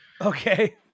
Okay